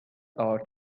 are